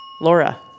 Laura